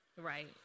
Right